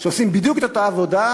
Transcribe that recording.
שעושים בדיוק את אותה עבודה,